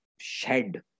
shed